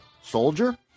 soldier